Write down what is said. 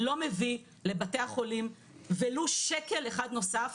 לא מביא לבתי החלים ולו שקל אחד נוסף.